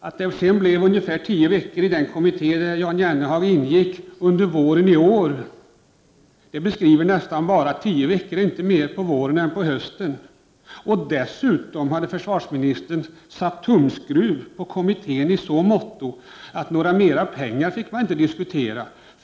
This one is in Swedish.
Att det sedan blev åtminstone tio veckor i den kommitté där Jan Jennehag ingick under våren i år, det visar nästan bara att tio veckor inte är mer på våren än på hösten. Dessutom hade försvarsministern satt tumskruv på kommittén genom att man inte fick diskutera några mer pengar.